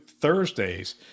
Thursdays